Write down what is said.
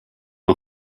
een